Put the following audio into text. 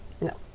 No